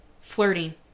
flirting